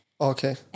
Okay